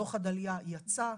דוח עדליא יצא,